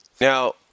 Now